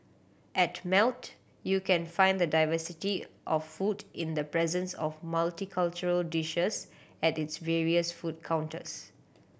at Melt you can find the diversity of food in the presence of multicultural dishes at its various food counters